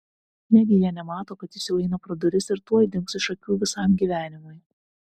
negi jie nemato kad jis jau eina pro duris ir tuoj dings iš akių visam gyvenimui